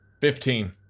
Fifteen